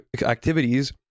activities